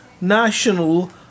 National